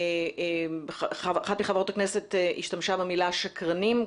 אחת מחברות הכנסת השתמשה במילה "שקרנים"